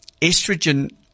estrogen